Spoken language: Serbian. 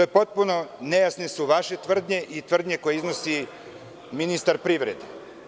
Nejasne su vaše tvrdnje i tvrdnje koje iznosi ministar privrede.